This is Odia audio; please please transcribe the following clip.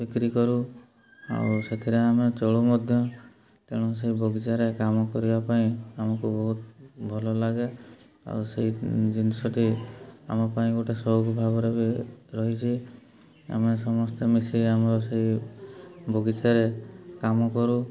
ବିକ୍ରି କରୁ ଆଉ ସେଥିରେ ଆମେ ଚଳୁ ମଧ୍ୟ ତେଣୁ ସେଇ ବଗିଚାରେ କାମ କରିବା ପାଇଁ ଆମକୁ ବହୁତ ଭଲ ଲାଗେ ଆଉ ସେଇ ଜିନିଷଟି ଆମ ପାଇଁ ଗୋଟେ ସଉକ ଭାବରେ ବି ରହିଛି ଆମେ ସମସ୍ତେ ମିଶି ଆମର ସେଇ ବଗିଚାରେ କାମ କରୁ